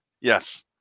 Yes